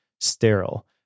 sterile